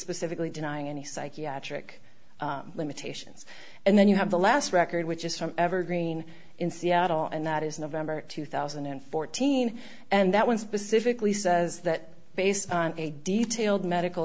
specifically denying any psychiatric limitations and then you have the last record which is from evergreen in seattle and that is november two thousand and fourteen and that one specifically says that based on a detailed medical